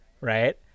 right